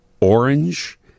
orange